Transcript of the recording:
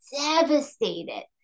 devastated